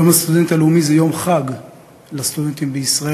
יום הסטודנט הלאומי הוא יום חג לסטודנטים בישראל.